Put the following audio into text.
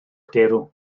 derw